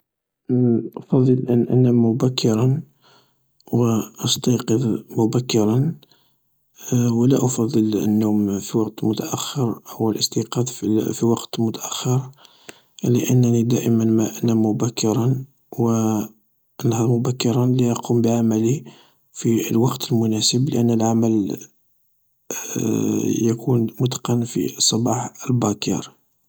أفضل أن أنام مبكرا و أستيقظ مبكرا و لا أفضل النوم في وقت متأخر او الإستيقاظ في وقت متأخر لأنني دائما ما أنام باكرا و أنهض مبكرا لأقوم بعملي في الوقت المناسب لأن العمل يكون متقن في الصباح الباكر.